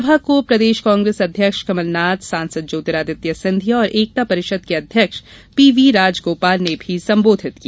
सभा को प्रदेश कांग्रेस अध्यक्ष कमलनाथ सांसद ज्योतिरादित्य सिंधिया और एकता परिषद के अध्यक्ष पी वी राजगोपाल ने भी संबोधित किया